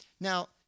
Now